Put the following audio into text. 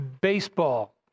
baseball